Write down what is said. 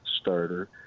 starter